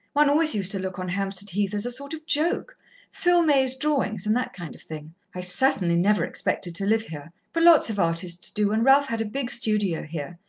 one always used to look on hampstead heath as a sort of joke phil may's drawings, and that kind of thing. i certainly never expected to live here but lots of artists do, and ralph had a big studio here.